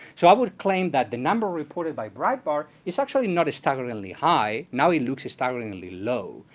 so i would claim that the number reported by breitbart is actually not a staggeringly high. now he looks staggeringly low.